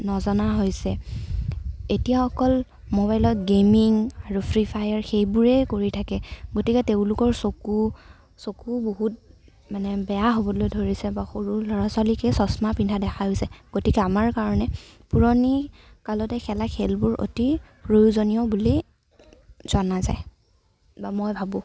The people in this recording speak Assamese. নজনা হৈছে এতিয়া অকল মোবাইলত গেমিং আৰু ফ্ৰী ফায়াৰ সেইবোৰেই কৰি থাকে গতিকে তেওঁলোকৰ চকু চকু বহুত মানে বেয়া হ'বলৈ ধৰিছে বা সৰু ল'ৰা ছোৱালীকেই চচ্মা পিন্ধা দেখা গৈছে গতিকে আমাৰ কাৰণে পুৰণিকালতেই খেলা খেলবোৰ অতি প্ৰয়োজনীয় বুলি জনা যায় বা মই ভাবোঁ